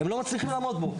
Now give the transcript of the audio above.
הם לא מצליחים לעמוד בו.